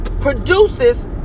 Produces